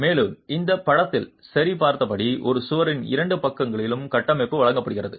மேலும் இந்த படத்தில் சரி பார்த்தபடி ஒரு சுவரின் இரண்டு பக்கங்களிலும் கட்டமைப்பு வழங்கப்படுகிறது